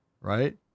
right